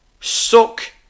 Suck